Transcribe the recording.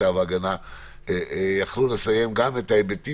את ההיבטים